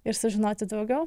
ir sužinoti daugiau